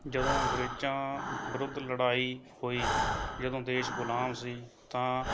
ਜਦੋਂ ਅੰਗਰੇਜ਼ਾਂ ਵਿਰੁੱਧ ਲੜਾਈ ਹੋਈ ਜਦੋਂ ਦੇਸ਼ ਗੁਲਾਮ ਸੀ ਤਾਂ